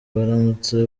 baramutse